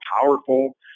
powerful